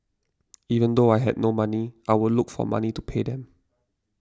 even though I had no money I would look for money to pay them